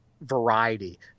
variety